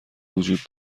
وجود